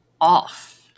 off